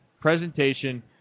presentation